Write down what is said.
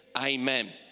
Amen